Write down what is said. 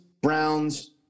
Browns